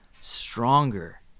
stronger